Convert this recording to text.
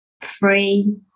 free